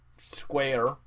square